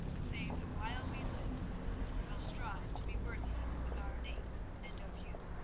save that while we live we will strive to be worthy of our name and of you.